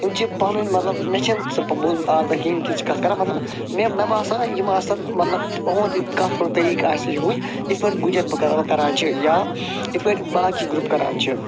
یِم چھِ پنٕنۍ مطلب مےٚ چھِ نہٕ سُہ آز تام بوٗزمٕژ آز تام کہیٖنۍ یِم کِژھِ چھِ کتھ کران مطلب مےٚ مےٚ باسان یِم آسن مطلب یہنٛد یہِ کتھ کرنُک طریٖقہٕ آسہِ یُہے یتھ پٲٹھۍ گُجر بکروال کران چھِ یا یتھ پٲٹھۍ باقی گروپ کران چھِ